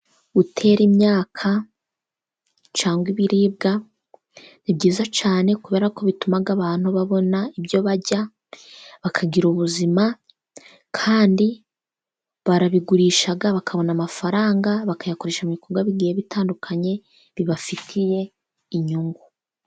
Gutera imyaka cyangwa ibiribwa ni byiza cyane. Kubera ko bituma abantu babona ibyo barya, bakagira ubuzima kandi barabigurisha, bakabona amafaranga, bakayakoresha mu bikorwa bigiye bitandukanye bibafitiye inyungu.